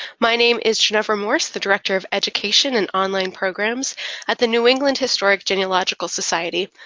my name is ginevra morse, the director of education and online programs at the new england historic genealogical society.